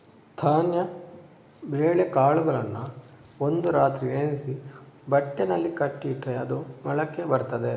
ಧಾನ್ಯ ಬೇಳೆಕಾಳುಗಳನ್ನ ಒಂದು ರಾತ್ರಿ ನೆನೆಸಿ ಬಟ್ಟೆನಲ್ಲಿ ಕಟ್ಟಿ ಇಟ್ರೆ ಅದು ಮೊಳಕೆ ಬರ್ತದೆ